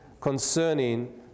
concerning